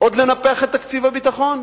עוד לנפח את תקציב הביטחון?